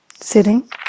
sitting